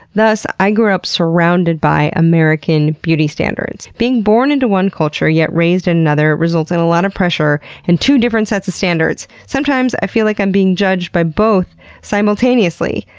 thus i grew up surrounded by american beauty standards. being born into one culture yet raised in another results in a lot of pressure and two different sets of standards. sometimes i feel like i'm being judged by both simultaneously.